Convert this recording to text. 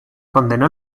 condenó